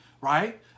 right